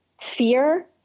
fear